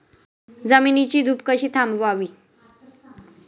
जमिनीची धूप कशी थांबवावी?